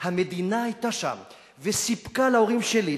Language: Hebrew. המדינה היתה שם וסיפקה להורים שלי,